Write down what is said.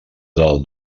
del